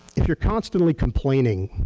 if you're constantly complaining,